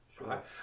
Right